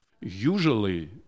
Usually